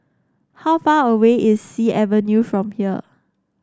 how far away is Sea Avenue from here